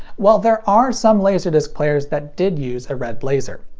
well, there are some laserdisc players that did use a red laser.